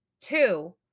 Two